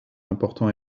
important